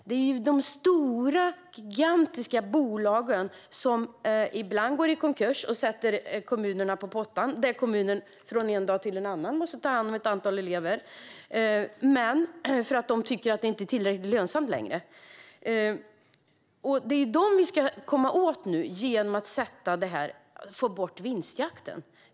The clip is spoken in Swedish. Detta handlar om de stora, gigantiska bolagen, som ibland går i konkurs eller inte längre tycker att det är tillräckligt lönsamt och sätter kommunerna på pottan när dessa från en dag till en annan måste ta hand om ett antal elever. Det är dem vi ska komma åt nu, genom att få bort vinstjakten.